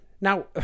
Now